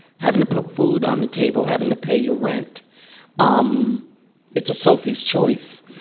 having to put food on the table, having to pay your rent um it's a sophie's choice.